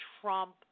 Trump